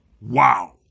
Wow